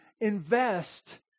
invest